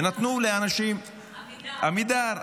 ונתנו לאנשים, עמידר.